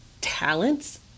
talents